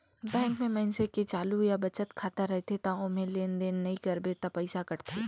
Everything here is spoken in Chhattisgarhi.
बैंक में मइनसे के चालू या बचत खाता रथे त ओम्हे लेन देन नइ करबे त पइसा कटथे